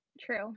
True